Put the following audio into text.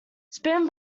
spin